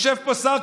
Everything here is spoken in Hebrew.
יושב פה שר.